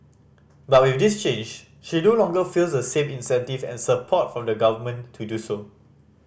but with this change she no longer feels the same incentive and support from the Government to do so